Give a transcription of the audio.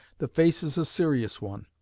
the face is a serious one,